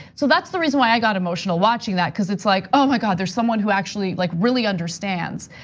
so that's the reason why i got emotional watching that because it's like ah my god, there's someone who actually like really understands.